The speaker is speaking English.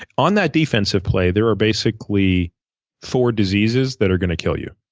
on that defensive play, there are basically four diseases that are gonna kill you.